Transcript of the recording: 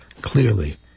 clearly